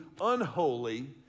unholy